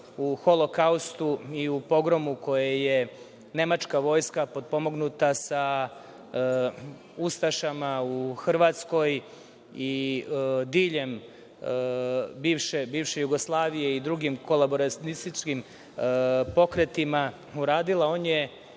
u Holokaustu i u pogromu koje je nemačka vojska potpomognuta sa ustašama u Hrvatskoj i diljem bivše Jugoslavije i drugim kolaboracionističkim pokretima uradila,